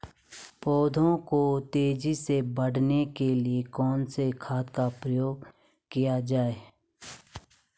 पौधों को तेजी से बढ़ाने के लिए कौन से खाद का उपयोग किया जाए?